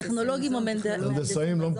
טכנולוגים או וטרינרים.